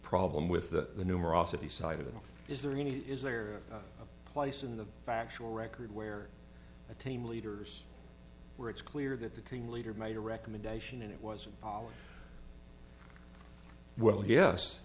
problem with the numerosity side of it is there any is there a place in the factual record where a team leaders where it's clear that the team leader made a recommendation and it was well yes